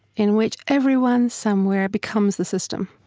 in which everyone somewhere becomes the system.